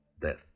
death